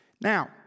Now